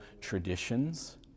traditions